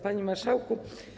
Panie Marszałku!